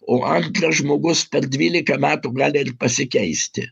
o antra žmogus per dvylika metų gali ir pasikeisti